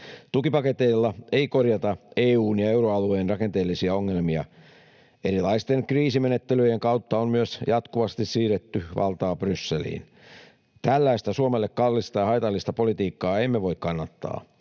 Tukipaketeilla ei korjata EU:n ja euroalueen rakenteellisia ongelmia. Erilaisten kriisimenettelyjen kautta on myös jatkuvasti siirretty valtaa Brysseliin. Tällaista Suomelle kallista ja haitallista politiikkaa emme voi kannattaa.